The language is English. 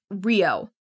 Rio